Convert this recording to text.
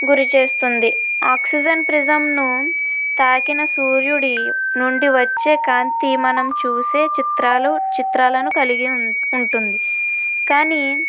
గురిచేస్తుంది oxygen ప్రిజంను తాకిన సూర్యుడి నుండి వచ్చే కాంతి మనం చూసే చిత్రాలు చిత్రాలను కలిగి ఉం ఉంటుంది కానీ